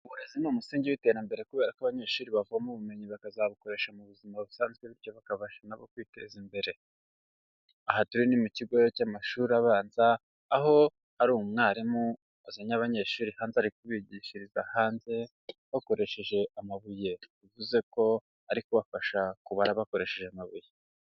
Uburezi ni umusingi w'iterambere kubera ko abanyeshuri bavoma ubumenyi bakazabukoresha mu buzima busanzwe bityo bakabasha na bo kwiteza imbere. Aha turi mu kigo cy'amashuri abanza, aho hari umwarimu wazanye abanyeshuri hanze ari kubigishiriza hanze bakoresheje amabuye, bivuze ko ari kubafasha kubara bakoresheje amabuye.